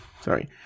Sorry